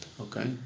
Okay